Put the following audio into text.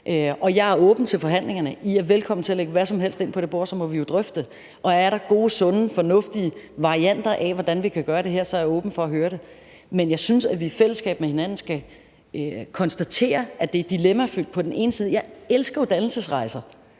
Jeg er åben til forhandlingerne, I er velkomne til at lægge hvad som helst ind på det bord, og så må vi jo drøfte det, og er der nogle gode, sunde og fornuftige varianter af, hvordan vi kan gøre det her, så er jeg åben for at høre det. Men jeg synes, at vi i fællesskab med hinanden skal konstatere, at det er dilemmafyldt. Jeg elsker jo dannelsesrejser,